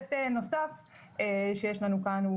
היבט נוסף שיש לנו כאן,